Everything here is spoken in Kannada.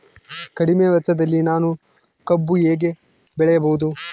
ಕಡಿಮೆ ವೆಚ್ಚದಲ್ಲಿ ನಾನು ಕಬ್ಬು ಹೇಗೆ ಬೆಳೆಯಬಹುದು?